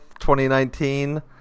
2019